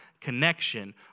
connection